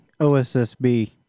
OSSB